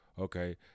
okay